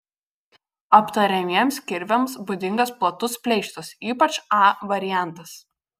aptariamiems kirviams būdingas platus pleištas ypač a variantas